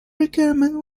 requirement